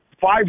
five